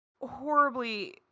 horribly